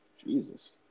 Jesus